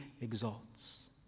exalts